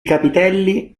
capitelli